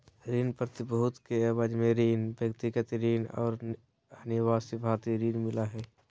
ऋण प्रतिभूति के एवज में ऋण, व्यक्तिगत ऋण और अनिवासी भारतीय ऋण मिला हइ